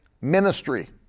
ministry